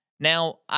Now